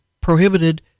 prohibited